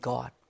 God